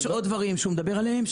יש עוד דברים שהוא מדבר עליהם.